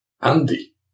Andy